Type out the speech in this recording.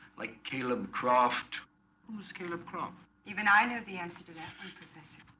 like caleb croft who's caleb kroft, even i know the answer to that professor.